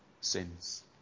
sins